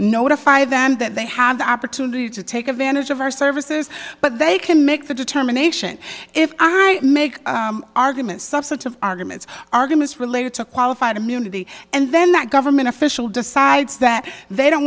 notify them that they have the opportunity to take advantage of our services but they can make the determination if i make arguments substantive arguments arguments related to qualified immunity and then that government official decides that they don't